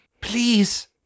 please